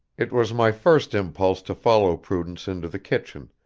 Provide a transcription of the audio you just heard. it was my first impulse to follow prudence into the kitchen,